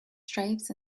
stripes